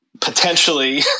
potentially